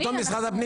שמשרד הפנים